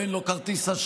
או אין לו כרטיס אשראי,